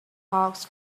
hawks